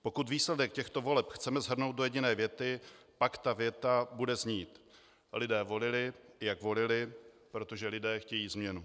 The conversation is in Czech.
Pokud výsledek těchto voleb chceme shrnout do jediné věty, pak ta věta bude znít: Lidé volili, jak volili, protože lidé chtějí změnu.